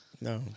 No